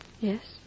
Yes